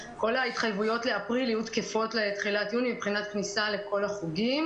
כל ההתחייבויות לאפריל יהיו תקפות לתחילת יוני מבחינת כניסה לכל החוגים.